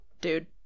dude